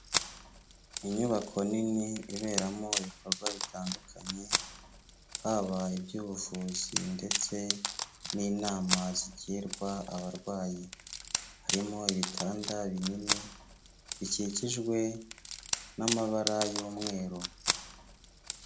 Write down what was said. Inyubako nini iberamo ibikorwa bitandukanye, habaye iby'ubuvuzi ndetse n'inama zigirwa abarwayi, harimo ibitanda binini, bikikijwe n'amabara y'umweru.